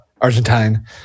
argentine